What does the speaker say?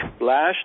Last